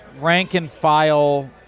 rank-and-file